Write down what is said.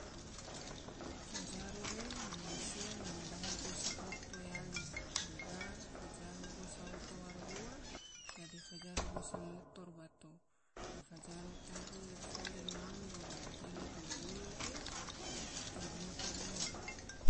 Fajaru re mansia nyiga dahe gosa oto yali, duga fajaru gosa oto waro ua dadi fajaru gosa motor bato, la fajaru tagi foli ngam bolo tagi gulu gulu ge tagi yohu rewa.